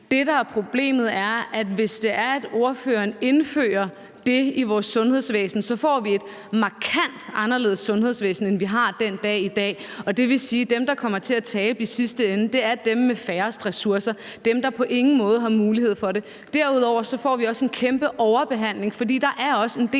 Det, der er problemet, er, at hvis ordføreren indfører det i vores sundhedsvæsen, får vi et markant anderledes sundhedsvæsen, end vi har den dag i dag. Og det vil sige, at dem, der kommer til at tabe i sidste ende, er dem med færrest ressourcer; dem, der på ingen måde har mulighed for det. Derudover får vi også en kæmpe overbehandling, fordi der også er en